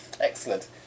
Excellent